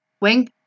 Wing